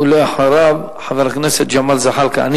ואחריו, חבר הכנסת ג'מאל זחאלקה.